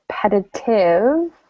competitive